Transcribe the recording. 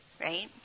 right